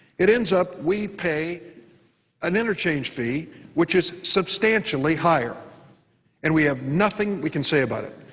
it ends up we pay an interchange fee which is substantially higher and we have nothing we can say about it.